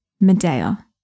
Medea